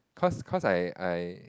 cause cause I I